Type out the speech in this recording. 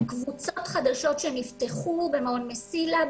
קבוצות חדשות שנפתחו במעון "מסילה",